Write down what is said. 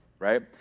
right